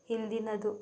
ಹಿಂದಿನದು